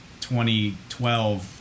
2012